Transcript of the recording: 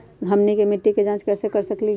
हमनी के मिट्टी के जाँच कैसे कर सकीले है?